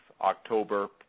October